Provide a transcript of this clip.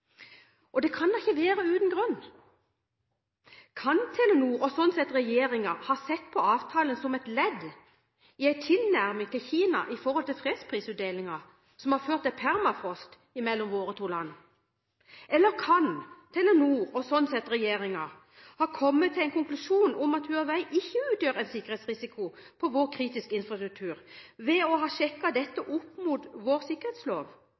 Og det kan da ikke være uten grunn? Kan Telenor, og sånn sett regjeringen, ha sett på avtalen som et ledd i en tilnærming til Kina, i forhold til fredsprisutdelingen som har ført til permafrost mellom våre to land? Eller kan Telenor, og sånn sett regjeringen, ha kommet til en konklusjon om at Huawei ikke utgjør en sikkerhetsrisiko for vår kritiske infrastruktur ved å ha sjekket dette opp mot vår sikkerhetslov